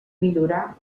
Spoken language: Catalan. millorar